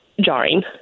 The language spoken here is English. jarring